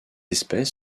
espèce